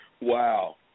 Wow